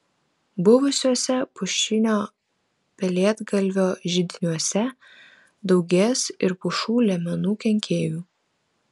buvusiuose pušinio pelėdgalvio židiniuose daugės ir pušų liemenų kenkėjų